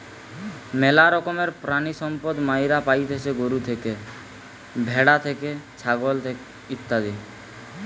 ম্যালা রকমের প্রাণিসম্পদ মাইরা পাইতেছি গরু থেকে, ভ্যাড়া থেকে, ছাগল ইত্যাদি